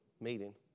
meeting